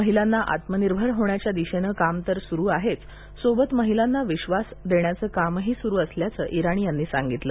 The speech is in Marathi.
महिलांना आत्मनिर्भर होण्याच्या दिशेने काम तर सुरु आहेच सोबतच महिलांना आत्मविश्वास देण्याचंही काम सुरु असल्याचं इराणी यांनी सांगितलं